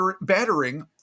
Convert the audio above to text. battering